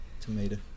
Tomato